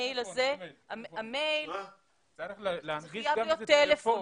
המייל הזה חייב להיות טלפון.